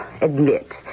admit